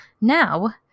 Now